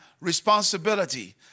responsibility